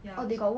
ya so